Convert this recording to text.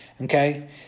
Okay